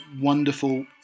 wonderful